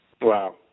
Wow